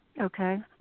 Okay